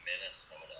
Minnesota